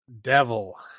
Devil